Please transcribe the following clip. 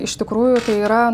iš tikrųjų tai yra